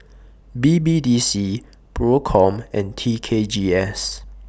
B B D C PROCOM and T K G S